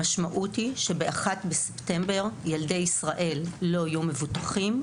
המשמעות היא שב-1 בספטמבר ילדי ישראל לא יהיו מבוטחים,